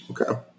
Okay